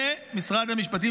למשרד המשפטים,